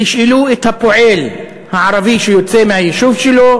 תשאלו את הפועל הערבי שיוצא מהיישוב שלו,